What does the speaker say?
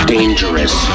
Dangerous